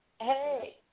hey